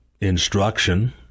instruction